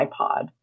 iPod